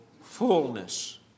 fullness